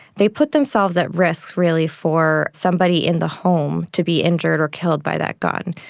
they put themselves at risk really for somebody in the home to be injured or killed by that gun.